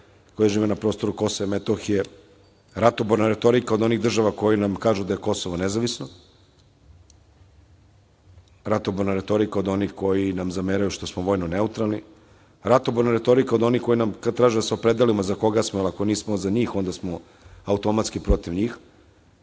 koji žive na prostoru KiM. Ratoborna retorika od onih država koje nam kažu da je Kosovo nezavisno, ratoborna retorika od onih koji nam zameraju što smo vojno neutralni, ratoborna retorika od onih kada traže da se opredelimo za koga smo, a ako nismo za njih, onda smo automatski protiv njih